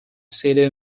city